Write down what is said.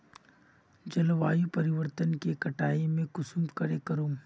जलवायु परिवर्तन के कटाई में कुंसम करे करूम?